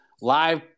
live